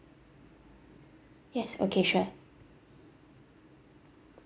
yes okay sure